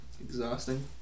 exhausting